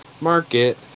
market